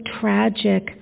tragic